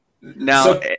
Now